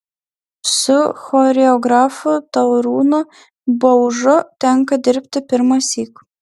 su choreografu taurūnu baužu tenka dirbti pirmąsyk